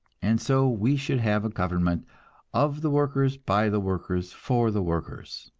and so we should have a government of the workers, by the workers, for the workers.